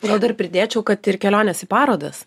gal dar pridėčiau kad ir kelionės į parodas